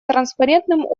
транспарентным